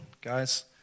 guys